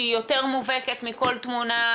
שהיא יותר מובהקת מכל תמונה,